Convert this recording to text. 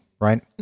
right